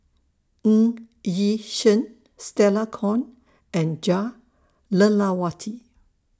Ng Yi Sheng Stella Kon and Jah Lelawati